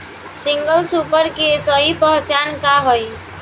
Single super के सही पहचान का हई?